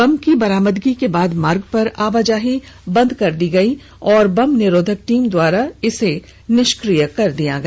बम की बरामदगी के बाद मार्ग पर आवाजाही बंद कर दी गई और इसके बाद बम निरोधक टीम के द्वारा इस बम को निष्क्रिय कर दिया गया